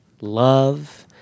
love